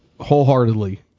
wholeheartedly